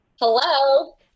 Hello